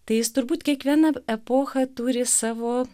tai jis turbūt kiekviena epocha turi savo